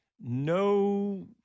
no